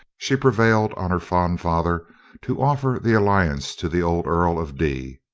she prevailed on her fond father to offer the alliance to the old earl of d,